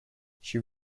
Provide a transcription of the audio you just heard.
she